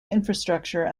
infrastructure